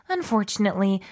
Unfortunately